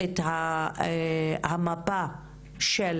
את המפה של